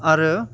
आरो